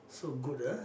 so good ah